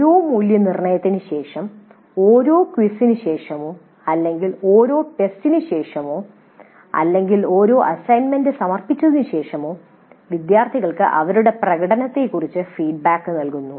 ഓരോ മൂല്യനിർണ്ണയത്തിനും ശേഷം ഓരോ ക്വിസിനു ശേഷമോ അല്ലെങ്കിൽ ഓരോ ടെസ്റ്റിനു ശേഷമോ അല്ലെങ്കിൽ ഓരോ അസൈൻമെന്റ് സമർപ്പിച്ചതിനുശേഷമോ വിദ്യാർത്ഥികൾക്ക് അവരുടെ പ്രകടനത്തെക്കുറിച്ച് ഫീഡ്ബാക്ക് നൽകുന്നു